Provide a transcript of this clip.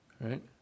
right